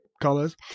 Colors